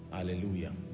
Hallelujah